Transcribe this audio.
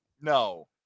No